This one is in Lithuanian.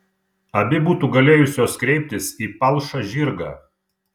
abi būtų galėjusios kreiptis į palšą žirgą